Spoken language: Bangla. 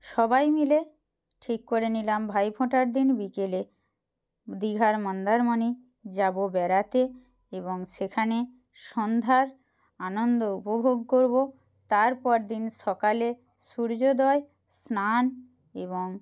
সবাই মিলে ঠিক করে নিলাম ভাইফোঁটার দিন বিকেলে দীঘার মন্দারমণি যাবো বেড়াতে এবং সেখানে সন্ধ্যার আনন্দ উপভোগ করবো তার পরদিন সকালে সূর্যোদয় স্নান এবং